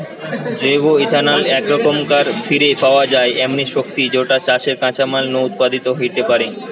জৈব ইথানল একরকম ফিরে পাওয়া যায় এমনি শক্তি যৌটা চাষের কাঁচামাল নু উৎপাদিত হেইতে পারে